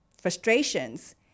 frustrations